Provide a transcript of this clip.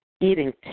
eating